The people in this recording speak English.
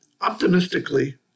optimistically